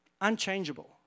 unchangeable